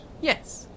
Yes